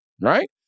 right